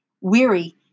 Weary